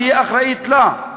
שהיא אחראית לה,